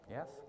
Yes